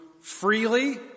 freely